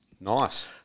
Nice